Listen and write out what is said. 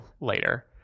later